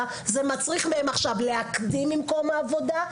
זה מצריך מהם עכשיו להקדים ממקום העבודה,